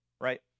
right